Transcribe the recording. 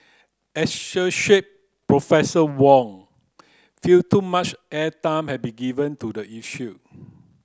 associate Professor Wong felt too much airtime had been given to the issue